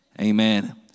Amen